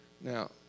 Now